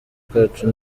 kacu